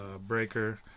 Breaker